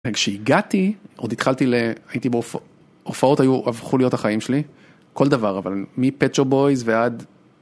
כשהגעתי, עוד התחלתי, הייתי בהופעות היו הפכו להיות החיים שלי. כל דבר, אבל מפט שופ בויז ועד...